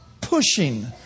pushing